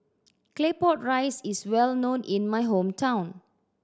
Claypot Rice is well known in my hometown